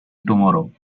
tomorrow